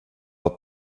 att